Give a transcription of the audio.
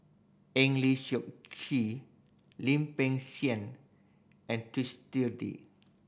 Eng Lee Seok Chee Lim Peng Siang and